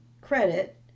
credit